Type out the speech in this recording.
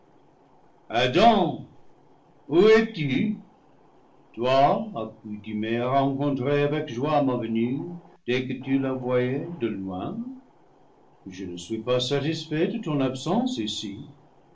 adam où es-tu toi accoutumé à rencontrer avec joie ma venue dès que tu la voyais de loin je ne suis pas satisfait de ton absence ici